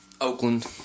Oakland